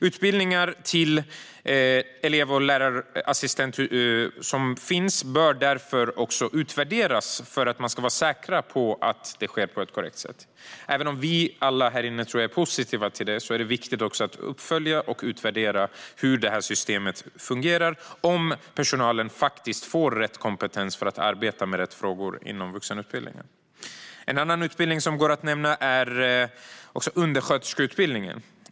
Utbildningarna till elev och lärarassistent bör därför utvärderas för att man ska vara säker på att de sker på ett korrekt sätt. Även om vi alla här inne, tror jag, är positiva till detta är det viktigt att följa upp och utvärdera hur det här systemet fungerar och om personalen faktiskt får rätt kompetens för att arbeta med rätt frågor inom vuxenutbildningen. En annan utbildning som man kan nämna är undersköterskeutbildningen.